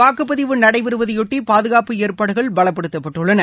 வாக்குப்பதிவு நடைபெறுவதையொட்டி பாதுகாப்பு ஏற்பாடுகள் பலப்படுத்தப்பட்டுள்ளன